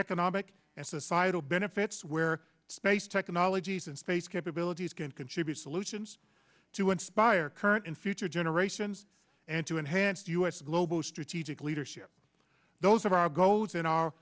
economic and societal benefits where space technology he's in space capabilities can contribute solutions to inspire current and future generations and to enhance u s global strategic leadership those of our goals in our